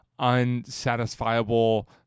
unsatisfiable